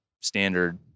standard